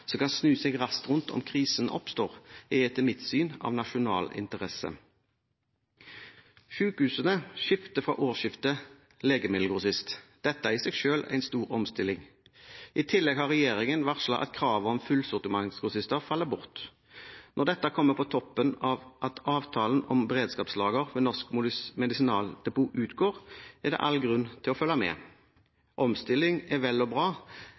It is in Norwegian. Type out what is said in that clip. som kan snu seg raskt rundt om krisen oppstår – er etter mitt syn av nasjonal interesse. Sykehusene skifter fra årsskiftet legemiddelgrossist. Dette er i seg selv en stor omstilling. I tillegg har regjeringen varslet at kravet om fullsortimentsgrossister faller bort. Når dette kommer på toppen av at avtalen om beredskapslager ved Norsk Medisinaldepot utgår, er det all grunn til å følge med. Omstilling er vel og bra,